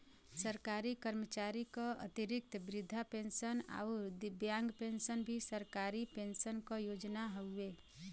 सरकारी कर्मचारी क अतिरिक्त वृद्धा पेंशन आउर दिव्यांग पेंशन भी सरकारी पेंशन क योजना हउवे